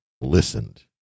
listened